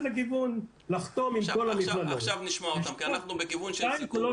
לכיוון ולחתום עם כל המכללות ועם שתיים שלוש